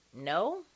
no